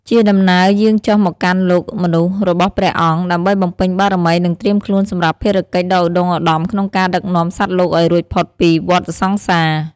ជាដំណើរយាងចុះមកកាន់លោកមនុស្សរបស់ព្រះអង្គ ដើម្បីបំពេញបារមី និងត្រៀមខ្លួនសម្រាប់ភារកិច្ចដ៏ឧត្ដុង្គឧត្ដមក្នុងការដឹកនាំសត្វលោកឱ្យរួចផុតពីវដ្តសង្សារ។